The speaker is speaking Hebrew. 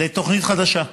לתוכנית חדשה,